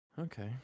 okay